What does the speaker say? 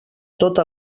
totes